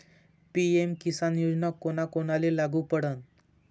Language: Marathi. पी.एम किसान योजना कोना कोनाले लागू पडन?